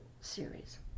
series